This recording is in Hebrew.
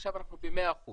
עכשיו אנחנו ב-100%.